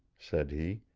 said he,